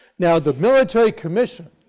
now the military commission,